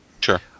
sure